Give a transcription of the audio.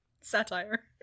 Satire